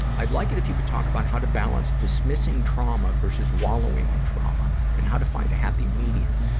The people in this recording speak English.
i'd like it if you could talk about how to balance dismissing trauma versus wallowing in and trauma and how to find a happy medium.